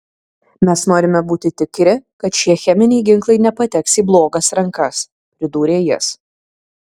mes norime būti tikri kad šie cheminiai ginklai nepateks į blogas rankas pridūrė jis